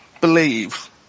believe